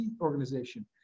organization